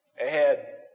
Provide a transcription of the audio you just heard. ahead